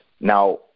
Now